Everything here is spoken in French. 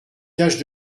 cache